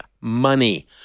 money